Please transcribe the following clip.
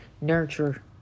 Nurture